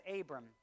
Abram